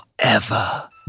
forever